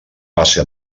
base